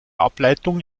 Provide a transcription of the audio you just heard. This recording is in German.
ableitung